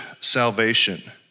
salvation